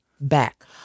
back